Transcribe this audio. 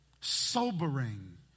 sobering